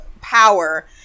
power